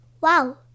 Wow